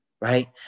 right